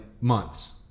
months